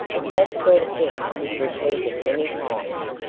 if that sort of thing is repeated many times,